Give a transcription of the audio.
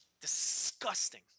Disgusting